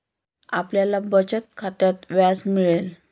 आपल्याला बचत खात्यात व्याज मिळेल